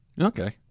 Okay